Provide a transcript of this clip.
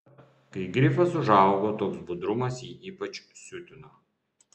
dabar kai grifas užaugo toks budrumas jį ypač siutino